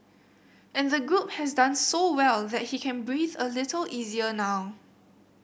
and the group has done so well that he can breathe a little easier now